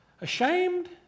ashamed